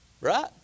Right